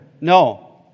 No